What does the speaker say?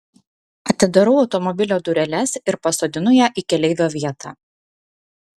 atidarau automobilio dureles ir pasodinu ją į keleivio vietą